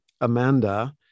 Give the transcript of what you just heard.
Amanda